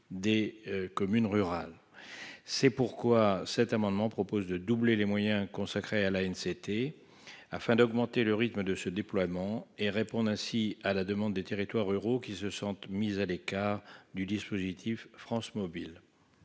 des communes rurales, c'est pourquoi cet amendement propose de doubler les moyens consacrés à la une société afin d'augmenter le rythme de ce déploiement et répondent ainsi à la demande des territoires ruraux qui se sentent mise à l'écart du dispositif France- mobile.